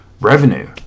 revenue